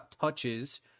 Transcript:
touches